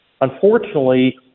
Unfortunately